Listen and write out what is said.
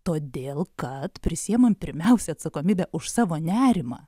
todėl kad prisiimam pirmiausia atsakomybę už savo nerimą